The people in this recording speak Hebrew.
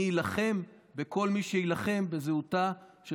אני אילחם בכל מי שיילחם בזהותה של